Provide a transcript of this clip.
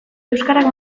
euskarak